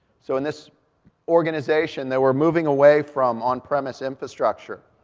so in this organization they were moving away from on-premise infrastructure,